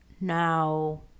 Now